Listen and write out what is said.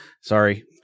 Sorry